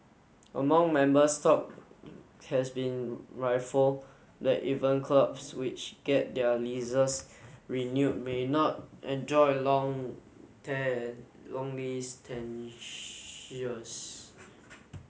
among members talk has been rifle that even clubs which get their leasers renewed may not enjoy long long lease